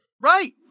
right